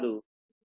కనుక అది N23